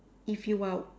if you are